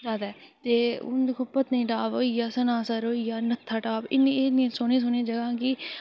जादै ते हू'न दिक्खो पत्नीटॉप होई गेआ सनासर होई गेआ नत्थाटॉप इ'न्नियां सोह्नियां सोह्नियां जगहां न कि